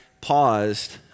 paused